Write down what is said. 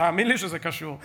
תאמין לי שזה קשור.